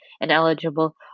ineligible